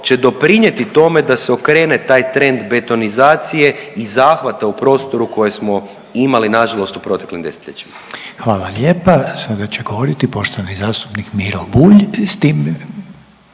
će doprinijeti tome da se okrene taj trend betonizacije i zahvata u prostoru koje imali nažalost u proteklim desetljećima. **Reiner, Željko (HDZ)** Hvala lijepa. Sada će govoriti poštovani zastupnik Miro Bulj,